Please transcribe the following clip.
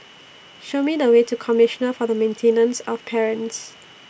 Show Me The Way to Commissioner For The Maintenance of Parents